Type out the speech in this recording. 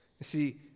see